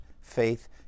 faith